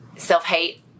Self-hate